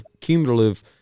cumulative